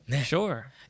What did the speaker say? sure